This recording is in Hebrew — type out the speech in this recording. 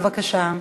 בבקשה.